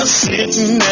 sitting